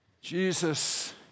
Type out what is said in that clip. Jesus